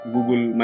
Google